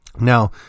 Now